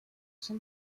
son